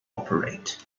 operate